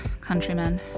countrymen